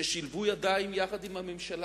ששילבו ידיים עם הממשלה,